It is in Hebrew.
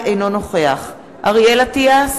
אינו נוכח אריאל אטיאס,